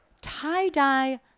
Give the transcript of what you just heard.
tie-dye